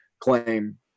claim